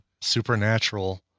supernatural